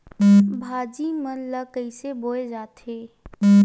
भाजी मन ला कइसे बोए जाथे?